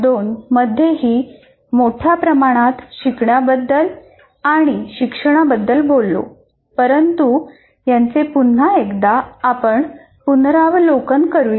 2 मध्येही मोठ्या प्रमाणात शिकण्याबद्दल आणि शिक्षणाबद्दल बोललो परंतु यांचे पुन्हा एकदा आपण पुनरावलोकन करूया